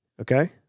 okay